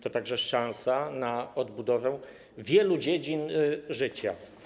To także szansa na odbudowę wielu dziedzin życia.